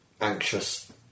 anxious